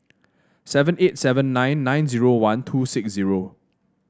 seven eight seven nine nine zero one two six zero